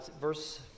Verse